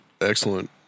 excellent